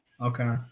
Okay